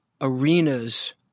arenas